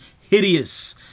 hideous